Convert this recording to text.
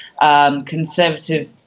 conservative